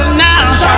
now